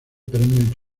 premio